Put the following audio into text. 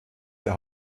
der